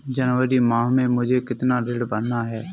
जनवरी माह में मुझे कितना ऋण भरना है?